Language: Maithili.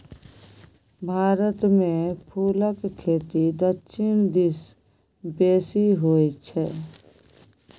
भारतमे फुलक खेती दक्षिण दिस बेसी होय छै